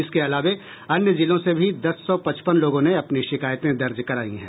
इसके अलावे अन्य जिलों से भी दस सौ पचपन लोगों ने अपनी शिकायतें दर्ज करायी है